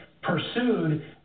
pursued